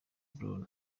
barrow